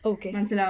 Okay